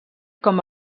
com